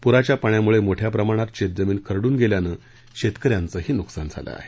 पुराच्या पाण्यामुळे मोठ्या प्रमाणात शेतजमीन खरडून गेल्यानं शेतकऱ्यांचंही नुकसान झालं आहे